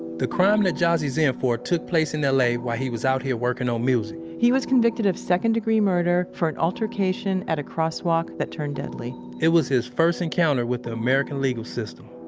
the crime that jassy's in for took place in l a. while he was out here working on music he was convicted of second-degree murder for an altercation at a crosswalk that turned deadly it was his first encounter with the american legal system